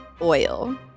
oil